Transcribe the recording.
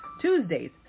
Tuesdays